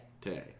Today